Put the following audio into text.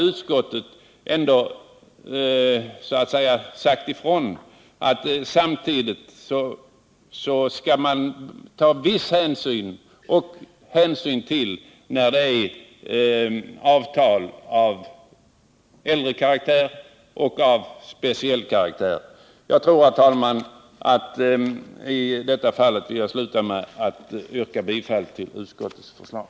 Utskottet har dock sagt ifrån att man samtidigt måste ta viss hänsyn till avtal av äldre karaktär eller av speciell karaktär. Därmed vill jag, herr talman, sluta med att yrka bifall till utskottets förslag.